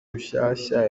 rushyashya